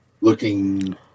looking